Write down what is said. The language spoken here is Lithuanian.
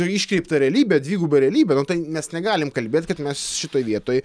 iškreiptą realybę dvigubą realybę na tai mes negalim kalbėt kad mes šitoj vietoj